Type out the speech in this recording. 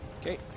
Okay